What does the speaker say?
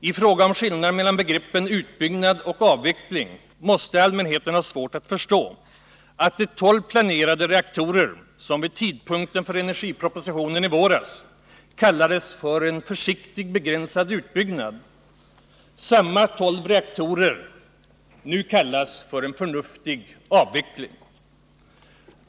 I frågan om skillnaden mellan begreppen utbyggnad och avveckling måste allmänheten ha svårt att förstå att samma tolv planerade reaktorer som vid tidpunkten för energipropositionen i våras sades innebära en försiktig och begränsad utbyggnad nu sägs stå för en förnuftig avveckling.